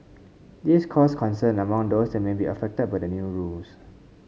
this caused concern among those that may be affected by the new rules